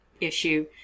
issue